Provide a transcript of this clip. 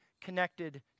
connected